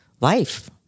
life